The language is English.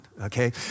okay